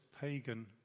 pagan